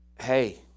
Hey